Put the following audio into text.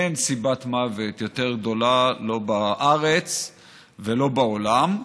אין סיבת מוות יותר גדולה לא בארץ ולא בעולם.